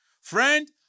Friend